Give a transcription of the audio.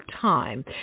time